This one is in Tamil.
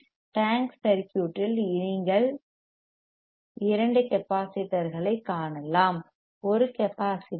டேங்க் சர்க்யூட்டில் நீங்கள் இரண்டு கெப்பாசிட்டர்களைக் காணலாம் ஒரு கெப்பாசிட்டர்